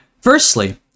Firstly